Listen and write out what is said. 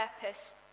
purpose